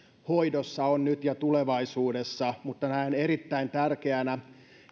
hoidossa on nyt ja tulevaisuudessa mutta näen erittäin tärkeänä